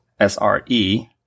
SRE